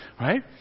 Right